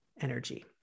energy